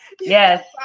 Yes